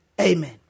Amen